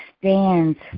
stands